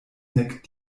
nek